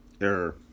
error